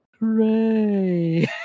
hooray